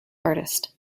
artist